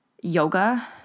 yoga